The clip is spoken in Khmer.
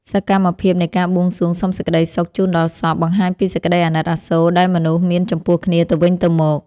សកម្មភាពនៃការបួងសួងសុំសេចក្តីសុខជូនដល់សព បង្ហាញពីសេចក្តីអាណិតអាសូរដែលមនុស្សមានចំពោះគ្នាទៅវិញទៅមក។